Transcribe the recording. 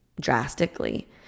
drastically